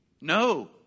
No